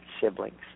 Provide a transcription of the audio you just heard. siblings